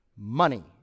Money